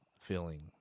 feeling